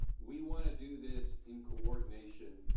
we want to do this in coordination.